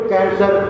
Cancer